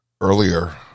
Earlier